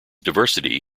diversity